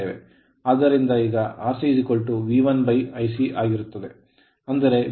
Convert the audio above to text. ಆದ್ದರಿಂದ ಈಗRcV1I c ಆಗಿರುತ್ತದೆ ಅಂದರೆ V1I0 cos ∅0